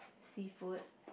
seafood